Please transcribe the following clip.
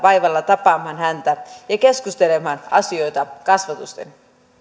vaivalla tapaamaan häntä ja keskustelemaan asioista kasvotusten